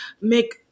make